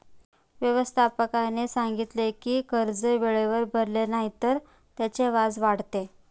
व्यवस्थापकाने सांगितले की कर्ज वेळेवर भरले नाही तर त्याचे व्याज वाढते